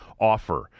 offer